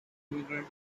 immigrant